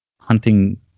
hunting